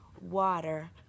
water